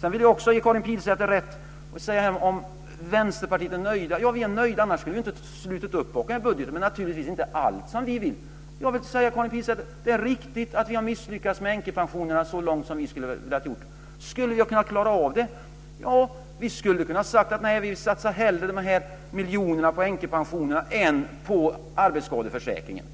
Sedan vill jag också ge Karin Pilsäter rätt. Hon undrade om vi i Vänsterpartiet är nöjda. Ja, vi är nöjda - annars skulle vi inte ha slutit upp bakom budgeten. Men naturligtvis är inte allt som vi vill. Jag vill säga, Karin Pilsäter, att det är riktigt att vi har misslyckats med änkepensionerna och inte gått så långt som vi skulle ha velat göra. Skulle vi ha kunnat klara av det? Ja, vi skulle ha kunnat säga att vi hellre hade satsat dessa miljoner på änkepensionerna än på arbetsskadeförsäkringen.